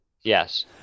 Yes